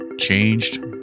changed